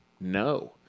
no